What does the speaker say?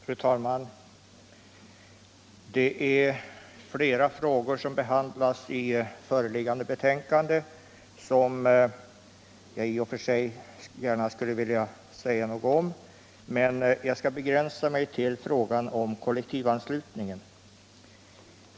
Fru talman! Det är flera frågor som behandlas i föreliggande betänkande som jag i och för sig gärna skulle vilja säga något om, men jag skall begränsa mig till frågan om kollektivanslutningen.